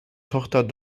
tochter